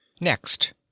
Next